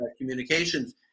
communications